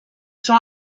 sont